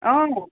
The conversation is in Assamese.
অ'